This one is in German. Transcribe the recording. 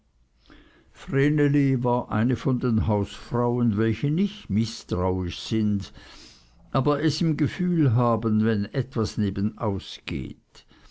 vreneli war eine von den hausfrauen welche nicht mißtrauisch sind aber es im gefühl haben wenn etwas